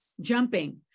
Jumping